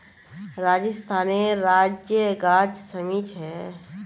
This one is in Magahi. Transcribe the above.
राजस्थानेर राजकीय गाछ शमी छे